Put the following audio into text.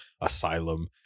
asylum